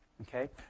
okay